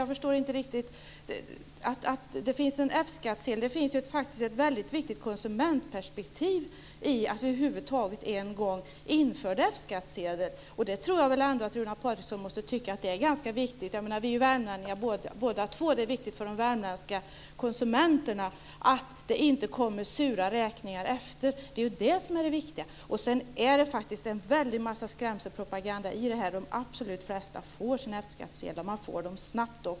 Jag förstår inte riktigt detta. Förvisso finns F-skattsedeln men det finns också ett väldigt viktigt konsumentperspektiv i detta med att vi en gång införde F-skattsedeln. Runar Patriksson måste väl ändå - vi är ju båda värmlänningar - tycka att det är viktigt för de värmländska konsumenterna att det inte kommer sura räkningar efteråt. Sedan förekommer det en hel del skrämselpropaganda i sammanhanget men de flesta får faktiskt sina F-skattsedlar. Dessutom går det snabbt.